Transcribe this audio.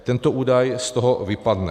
Tento údaj z toho vypadne.